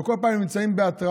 ובכל פעם הם נמצאים בהתראות,